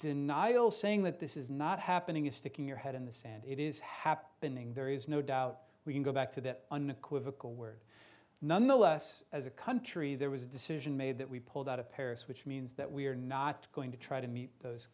denial saying that this is not happening is sticking your head in the sand it is happening there is no doubt we can go back to that unequivocal word nonetheless as a country there was a decision made that we pulled out of paris which means that we are not going to try to meet those